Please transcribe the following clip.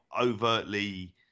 overtly